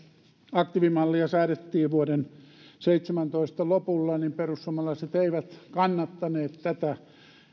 aktiivimallia säädettiin vuoden seitsemäntoista lopulla niin perussuomalaiset eivät kannattaneet tätä